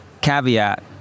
caveat